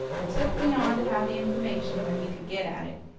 and took me on to have the information where he could get at it.